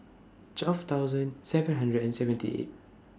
twelve thousand seven hundred and seventy eight